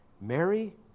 Mary